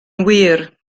wir